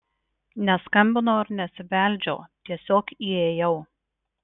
neskambinau ir nesibeldžiau tiesiog įėjau